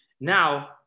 Now